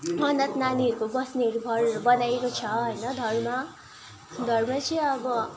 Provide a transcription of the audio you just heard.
अनाथ नानीहरूको बस्नेहरू घरहरू बनाएको छ होइन धर्म धर्म चाहिँ अब